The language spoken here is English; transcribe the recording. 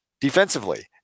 defensively